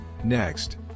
Next